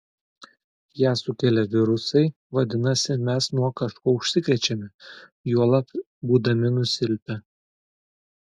ją sukelia virusai vadinasi mes nuo kažko užsikrečiame juolab būdami nusilpę